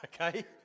okay